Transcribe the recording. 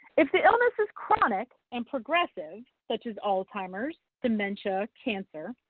if the illness is chronic and progressive, such as alzheimer's, dementia, cancer,